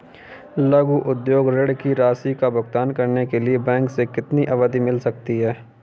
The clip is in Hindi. लघु उद्योग ऋण की राशि का भुगतान करने के लिए बैंक से कितनी अवधि मिल सकती है?